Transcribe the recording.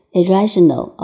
irrational